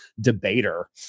debater